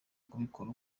kubikora